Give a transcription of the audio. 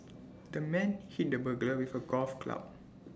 the man hit the burglar with A golf club